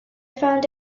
found